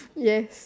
yes